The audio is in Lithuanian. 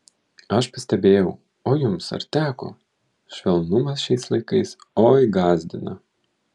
aš pastebėjau o jums ar teko švelnumas šiais laikais oi gąsdina